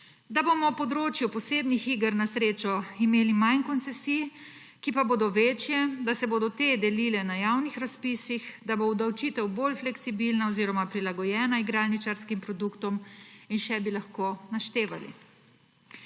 da bomo na področju posebnih iger na srečo imeli manj koncesij, ki pa bodo večje, da se bodo te delile na javnih razpisih, da bo obdavčitev bolj fleksibilna oziroma prilagojena igralničarskim produktom in še bi lahko naštevali.